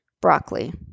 broccoli